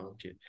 Okay